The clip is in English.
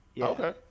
okay